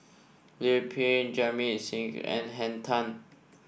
Liu Peihe Jamit Singh and Henn Tan